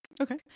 Okay